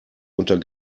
unter